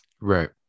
Right